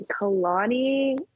Kalani